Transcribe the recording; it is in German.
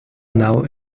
now